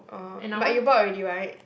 orh but you bought already [right]